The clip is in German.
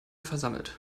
versammelt